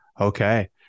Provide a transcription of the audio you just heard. Okay